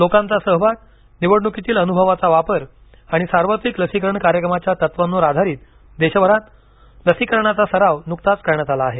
लोकांचा सहभाग निवडणुकीतील अनुभवाचा वापर आणि सार्वत्रिक लसीकरण कार्यक्रमाच्या तत्वांवर आधारित देशभरात लसीकरणाचा सराव नुकताच करण्यात आला आहे